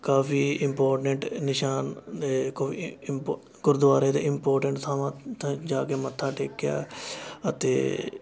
ਕਾਫੀ important ਨਿਸ਼ਾਨ ਇਂਪੋ ਗੁਰਦੁਆਰੇ ਦੇ ਇਂਪੋਟੈਂਟ ਥਾਵਾਂ 'ਤੇ ਜਾ ਕੇ ਮੱਥਾ ਟੇਕਿਆ ਅਤੇ